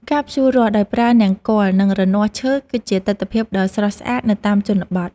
ការភ្ជួររាស់ដោយប្រើនង្គ័ល និងរនាស់ឈើគឺជាទិដ្ឋភាពដ៏ស្រស់ស្អាតនៅតាមជនបទ។